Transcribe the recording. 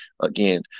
Again